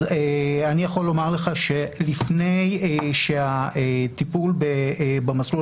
אז אני יכול לומר לך שלפני שהטיפול במסלול